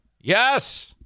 Yes